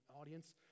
audience